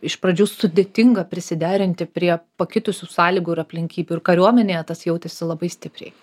iš pradžių sudėtinga prisiderinti prie pakitusių sąlygų ir aplinkybių ir kariuomenėje tas jautėsi labai stipriai